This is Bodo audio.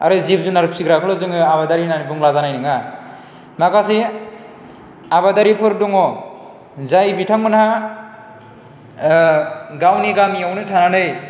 आरो जिब जुनार फिग्राखौल' जोङो आबादारि होनना बुंब्ला जानाय नङा माखासे आबादारिफोर दङ जाय बिथांमोनहा गावनि गामियावनो थानानै